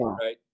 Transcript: right